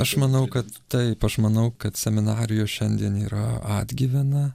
aš manau kad taip aš manau kad seminarijos šiandien yra atgyvena